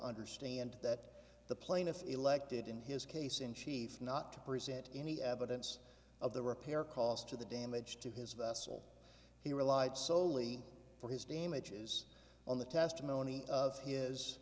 understand that the plaintiff elected in his case in chief not to present any evidence of the repair cost to the damage to his vessel he relied soley for his damages on the testimony of h